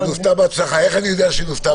את יודעת איך אני יודע שאני נוסתה